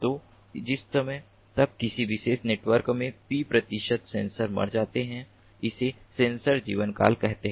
तो जिस समय तक किसी विशेष नेटवर्क में P प्रतिशत सेंसर मर जाते हैं उसे हम नेटवर्क जीवनकाल कहते है